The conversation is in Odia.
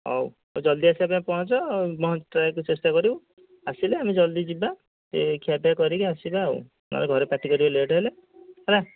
ହଉ ଟିକିଏ ଜଲ୍ଦି ଆସିବା ପାଇଁ ପହଞ୍ଚ ଘଣ୍ଟାଏରେ ଚେଷ୍ଟା କରିବୁ ଆସିଲେ ଆମେ ଜଲ୍ଦି ଯିବା ଏ ଖିଆପିଆ କରିକି ଆସିବା ଆଉ ନହେଲେ ଘରେ ପାଟି କରିବେ ଲେଟ୍ ହେଲେ ହେଲା